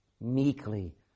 meekly